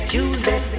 Tuesday